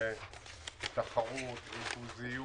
להחלטות שהתקבלו בזמנו.